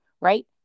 right